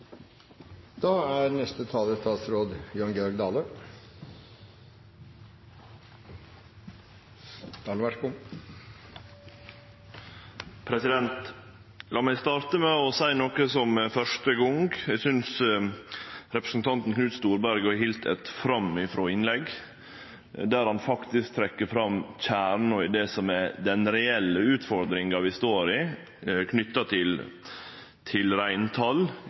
meg starte med å seie noko for første gong: Eg synest representanten Knut Storberget har halde eit framifrå innlegg, der han faktisk trekkjer fram kjernen i det som er den reelle utfordringa vi står i, knytt til reintal